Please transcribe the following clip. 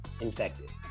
infected